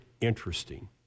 interesting